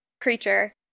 creature